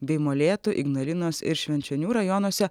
bei molėtų ignalinos ir švenčionių rajonuose